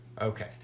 Okay